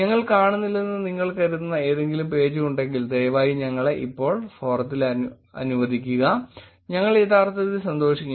ഞങ്ങൾ കാണുന്നില്ലെന്ന് നിങ്ങൾ കരുതുന്ന ഏതെങ്കിലും പേജ് ഉണ്ടെങ്കിൽ ദയവായി ഞങ്ങളെ ഇപ്പോൾ ഫോറത്തിൽ അനുവദിക്കുക ഞങ്ങൾ യഥാർത്ഥത്തിൽ സന്തോഷിക്കും